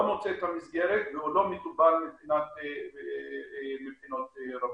מוצא את המסגרת או לא מטופל מבחינות רבות.